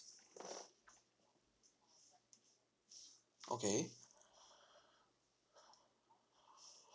okay